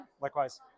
Likewise